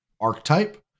archetype